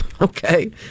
Okay